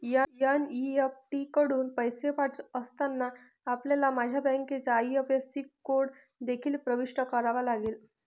NEFT कडून पैसे पाठवित असताना, आपल्याला माझ्या बँकेचा आई.एफ.एस.सी कोड देखील प्रविष्ट करावा लागेल